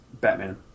Batman